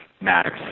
matters